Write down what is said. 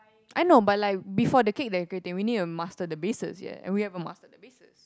I know but like before the cake decorating we need to master the basis ya and we haven't master the basis